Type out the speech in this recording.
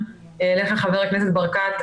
הם בהסדר בתוכנית הזאת,